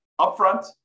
upfront